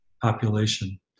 population